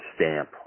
stamp